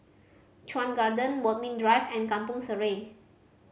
Chuan Garden Bodmin Drive and Kampong Sireh